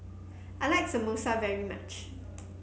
I like Samosa very much